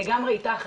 אני לגמרי איתך,